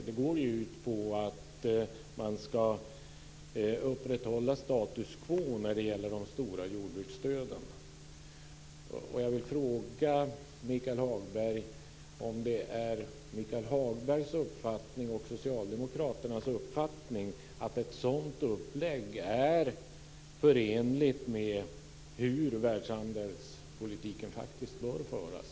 Det går ju ut på att man ska upprätthålla status quo när det gäller de stora jordbruksstöden. Jag vill fråga Michael Hagberg om det är hans och socialdemokraternas uppfattning att ett sådant upplägg är förenligt med hur världshandelspolitiken faktiskt bör föras.